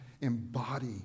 embody